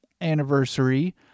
anniversary